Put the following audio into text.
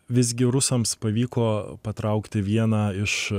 visgi rusams pavyko patraukti vieną iš